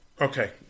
okay